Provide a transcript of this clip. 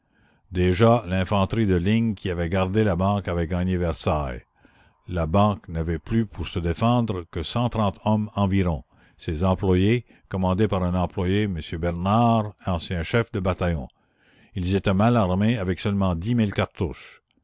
déjà l'infanterie de ligne qui avait gardé la banque avait gagné versailles la banque n'avait plus pour se défendre que hommes environ ses employés commandés par un employé m bernard ancien chef de bataillon ils étaient mal armés avec seulement dix mille cartouches